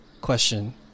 question